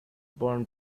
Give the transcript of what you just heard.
burn